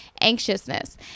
anxiousness